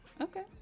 Okay